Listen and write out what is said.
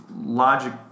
Logic